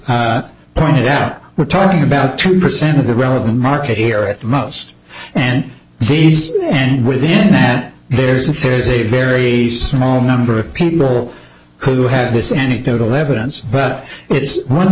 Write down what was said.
kraus pointed out we're talking about two percent of the relevant market here at the most and these and within that there's a there's a very small number of people who have this anecdotal evidence but it's once